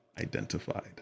identified